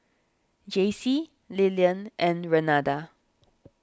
Jacey Lilian and Renada